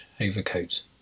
overcoat